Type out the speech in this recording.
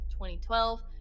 2012